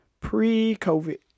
pre-COVID